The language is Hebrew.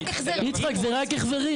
יצחק, זה רק החזרים.